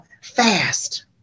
Fast